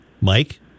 Mike